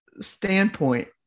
standpoint